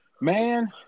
man